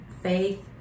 faith